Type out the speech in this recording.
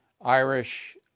Irish